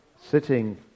sitting